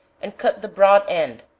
and cut the broad end,